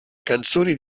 canzoni